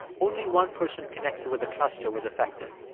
only one person connected with the cluster was affected.